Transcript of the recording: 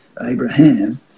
Abraham